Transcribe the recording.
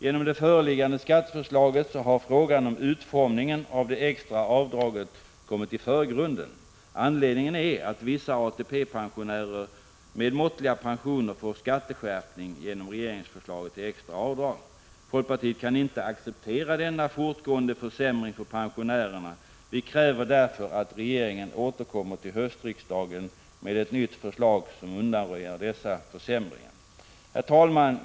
Genom det föreliggande skatteförslaget har frågan om utformningen av det extra avdraget kommit i förgrunden. Anledningen är att vissa ATP pensionärer med måttliga pensioner får en skatteskärpning genom regeringsförslaget till extra avdrag. Folkpartiet kan inte acceptera denna fortgående försämring för pensionärerna. Vi kräver därför att regeringen återkommer till höstsessionen med ett nytt förslag som undanröjer dessa försämringar. Herr talman!